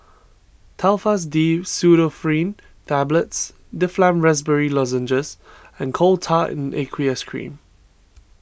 Telfast D Pseudoephrine Tablets Difflam Raspberry Lozenges and Coal Tar in Aqueous Cream